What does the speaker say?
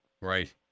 Right